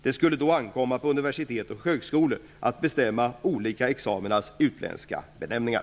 Det skulle då ankomma på universitet och högskolor att bestämma olika examinas utländska benämningar.